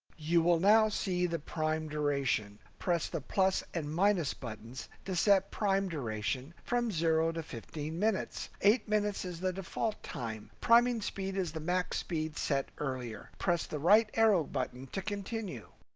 you will now see the prime duration. press the plus and minus buttons to set prime duration from zero to fifteen minutes. eight minutes is the default time. priming speed is the max speed set earlier. press the right arrow button to continue.